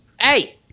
Hey